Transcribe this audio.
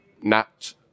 NAT